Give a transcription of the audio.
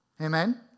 Amen